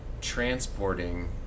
transporting